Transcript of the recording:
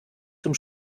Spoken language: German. zum